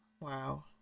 wow